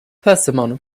persimmon